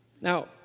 Now